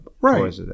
right